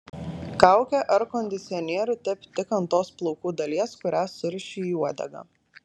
kaukę ar kondicionierių tepk tik ant tos plaukų dalies kurią suriši į uodegą